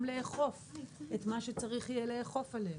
לאכוף את מה שצריך יהיה לאכוף עליהם,